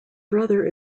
brother